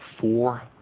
four